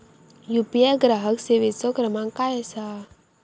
UPI ग्राहक सेवेचो क्रमांक काय असा?